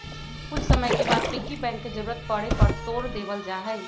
कुछ समय के बाद पिग्गी बैंक के जरूरत पड़े पर तोड देवल जाहई